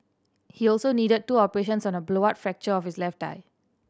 he also needed two operations on a blowout fracture of his left eye